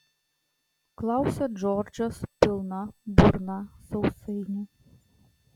klausia džordžas pilna burna sausainių